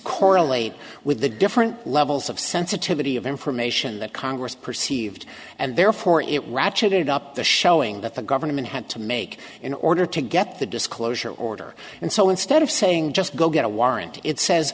correlate with the different levels of sensitivity of information that congress perceived and therefore it ratcheted up the showing that the government had to make in order to get the disclosure order and so instead of saying just go get a warrant it says